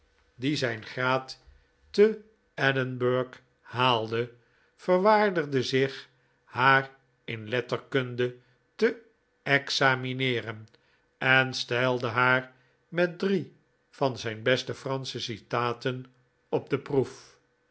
die zijn graad te edinburgh haalde verwaardigde zich haar in letterkunde te examineeren en stelde haar met drie van zijn beste fransche citaten op de proef